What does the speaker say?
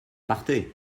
partez